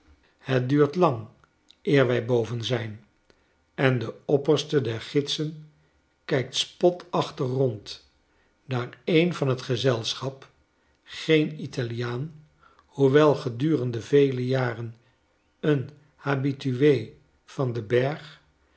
het duurt lang eer wij boven zijn en de opperste der gidsen kijkt spotachtigrond daar een van het gezelschap geen italiaan hoewel gedurende vele jaren een habitue van den berg